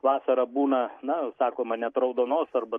vasarą būna na sakoma net raudonos arba